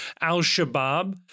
Al-Shabaab